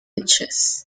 ditches